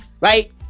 Right